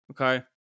okay